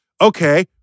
Okay